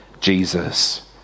Jesus